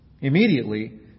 Immediately